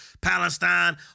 Palestine